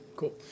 Cool